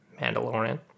Mandalorian